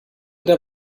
der